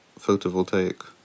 photovoltaic